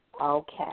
Okay